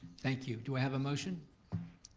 thank you, do i have a motion?